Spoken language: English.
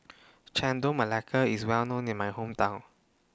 Chendol Melaka IS Well known in My Hometown